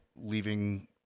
leaving